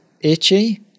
Itchy